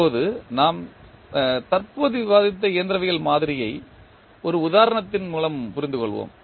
இப்போது நாம் தற்போது விவாதித்த இயந்திரவியல் மாதிரியை ஒரு உதாரணத்தின் புரிந்துகொள்வோம்